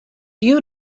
you